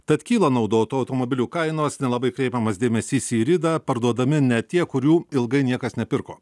tad kyla naudotų automobilių kainos nelabai kreipiamas dėmesys į ridą parduodami net tie kurių ilgai niekas nepirko